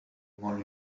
more